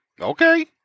Okay